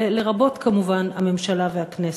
לרבות כמובן הממשלה והכנסת,